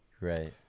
Right